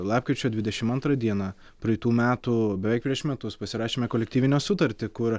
lapkričio dvidešmt antrą dieną praeitų metų beveik prieš metus pasirašėme kolektyvinę sutartį kur